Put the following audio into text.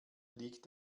liegt